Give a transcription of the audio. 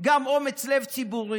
גם אומץ לב ציבורי: